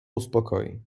uspokoi